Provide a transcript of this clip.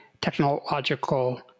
technological